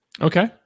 Okay